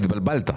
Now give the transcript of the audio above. התבלבלת.